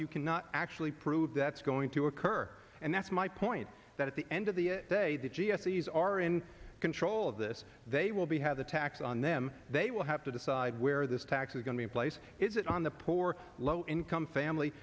you cannot actually prove that's going to occur and that's my point that at the end of the day the g s these are in control of this they will be have the tax on them they will have to decide where this tax is going to place it on the poor low income family